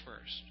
first